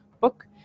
book